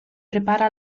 prepara